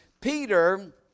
Peter